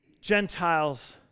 Gentiles